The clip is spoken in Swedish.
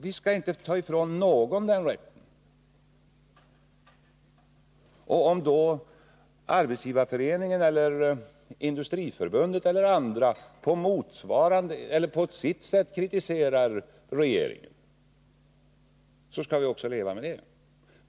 Vi skall inte ta ifrån någon den rätten, och om då Arbetsgivareföreningen eller Industriförbundet eller andra på sitt sätt kritiserar regeringen så skall vi också leva med det.